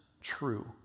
true